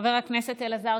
חבר הכנסת אלעזר